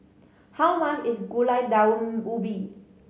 how much is Gulai Daun Ubi